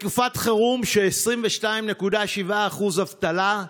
בתקופת חירום, כשיש 22.7% אבטלה,